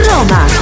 Roma